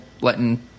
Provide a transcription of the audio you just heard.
letting